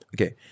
Okay